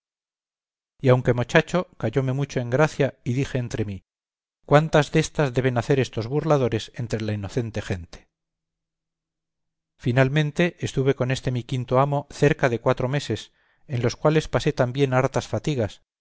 y aunque mochacho cayóme mucho en gracia y dije entre mí cuántas destas deben hacer estos burladores entre la inocente gente finalmente estuve con este mi quinto amo cerca de cuatro meses en los cuales pasé también hartas fatigas